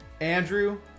Andrew